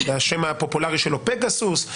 והשם הפופולרי שלו פגסוס,